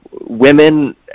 women